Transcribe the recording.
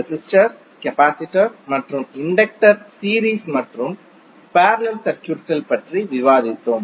resistor capacitor மற்றும் inductor series மற்றும் parallel சர்க்யூட்கள் பற்றி விவாதித்தோம்